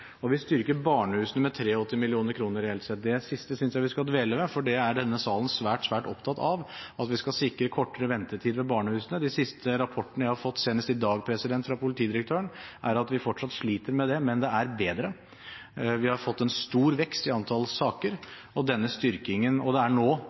Og vi styrker barnehusene med 380 mill. kr reelt sett. Det siste synes jeg vi skal dvele ved, for denne salen er svært opptatt av at vi skal sikre kortere ventetid ved barnehusene. De siste rapportene jeg har fått senest i dag fra politidirektøren, viser at vi fortsatt sliter med det, men det er bedring. Vi har fått en stor vekst i antall saker, og nå er det kapasiteten på barnehusene som egentlig er den viktigste flaskehalsen. Den styrkingen som ligger her, er